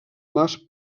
mas